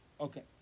Okay